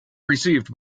received